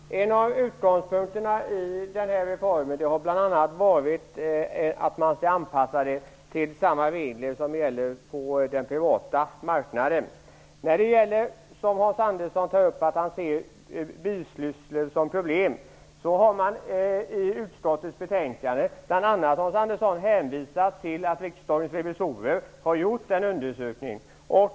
Herr talman! En av utgångspunkterna i denna reform har bl.a. varit att man skall anpassa reglerna till samma regler som gäller på den privata marknaden. Hans Andersson tar upp det faktum att han anser att bisysslor utgör ett problem. I utskottets betänkande har man bl.a. hänvisat till att riksdagens revisorer har gjort en undersökning.